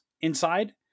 inside